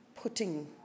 putting